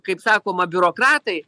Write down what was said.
kaip sakoma biurokratai